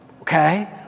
Okay